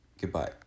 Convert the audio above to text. Goodbye